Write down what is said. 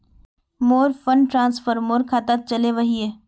मोर fund transfer मोर खातात चले वहिये